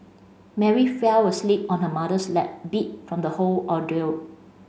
Mary fell asleep on her mother's lap beat from the whole ordeal